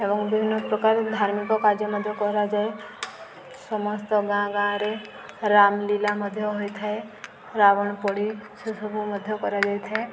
ଏବଂ ବିଭିନ୍ନ ପ୍ରକାର ଧାର୍ମିକ କାର୍ଯ୍ୟ ମଧ୍ୟ କରାଯାଏ ସମସ୍ତ ଗାଁ ଗାଁରେ ରାମଲୀଳା ମଧ୍ୟ ହୋଇଥାଏ ରାବଣ ପୋଡ଼ି ସେସବୁ ମଧ୍ୟ କରାଯାଇଥାଏ